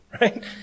right